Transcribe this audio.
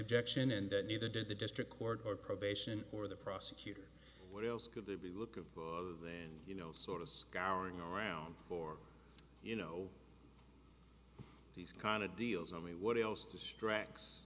objection and neither did the district court or probation or the prosecutor what else could they be look of then you know sort of scouring around for you know these kind of deals i mean what else distracts